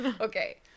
Okay